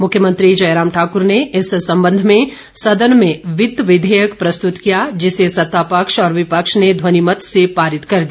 मुख्यमंत्री जयराम ठाकुर ने इस संबंध में सदन में वित्त विधेयक प्रस्तुत किया जिसे सत्तापक्ष और विपक्ष ने ध्वनिमत से पारित कर दिया